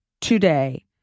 today